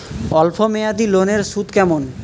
অল্প মেয়াদি লোনের সুদ কেমন?